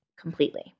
completely